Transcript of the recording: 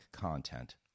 content